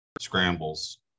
Scrambles